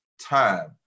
time